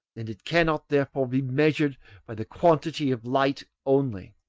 and it cannot therefore be measured by the quantity of light only.